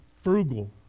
frugal